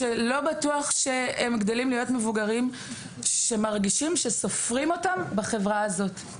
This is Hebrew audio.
בטוח שהם גדלים להיות מבוגרים שמרגישים שסופרים אותם בחברה הזאת,